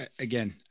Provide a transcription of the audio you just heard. again